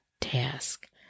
task